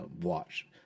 watch